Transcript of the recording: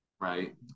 right